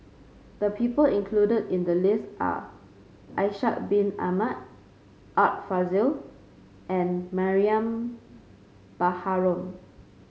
the people included in the list are Ishak Bin Ahmad Art Fazil and Mariam Baharom